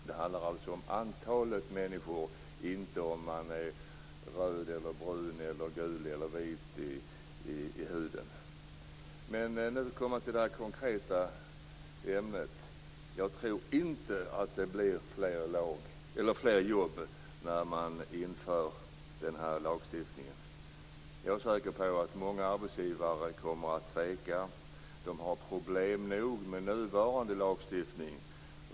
Det handlar alltså om antalet människor, inte om huruvida man är röd eller brun eller gul eller vit i huden. Nu kommer jag till det mer konkreta ämnet. Jag tror inte att det blir fler jobb när man inför den här lagstiftningen. Jag är säker på att många arbetsgivare kommer att tveka. De har problem nog med nuvarande lagstiftning.